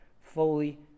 fully